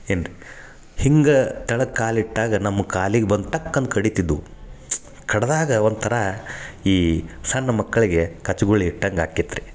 ಏನ್ರಿ ಹಿಂಗ ದಡಕ್ಕೆ ಕಾಲು ಇಟ್ಟಾಗ ನಮ್ಮ ಕಾಲಿಗೆ ಬಂದು ಟಕ್ ಅಂತ ಕಡಿತಿದ್ವು ಕಡ್ದಾಗ ಒಂಥರ ಈ ಸಣ್ಣ ಮಕ್ಕಳಿಗೆ ಕಚ್ಗುಳಿ ಇಟ್ಟಂಗ ಆಕಿತ್ತು ರೀ